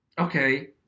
Okay